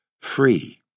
free